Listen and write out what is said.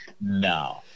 No